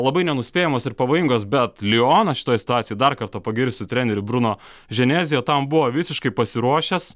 labai nenuspėjamos ir pavojingos bet lioną šitoje situacijoj dar kartą pagirsiu trenerį bruno ženezio tam buvo visiškai pasiruošęs